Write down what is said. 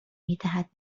میدهد